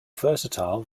versatile